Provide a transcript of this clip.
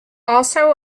also